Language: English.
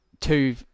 Two